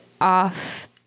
off